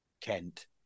Kent